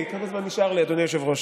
כמה זמן נשאר לי, אדוני היושב-ראש?